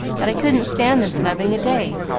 that i couldn't stand the snubbing a day.